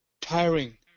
tiring